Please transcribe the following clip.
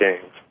games